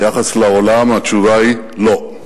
ביחס לעולם התשובה היא לא,